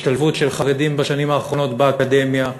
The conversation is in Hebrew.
השתלבות של חרדים בשנים האחרונות באקדמיה,